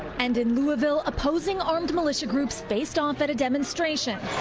and in louisville opposing armed militia groups faced off at a demonstration.